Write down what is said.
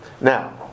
Now